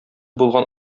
булган